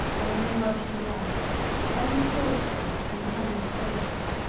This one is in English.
there were no welshmen left only salisbury and a hundred soldiers.